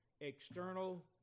external